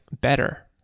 better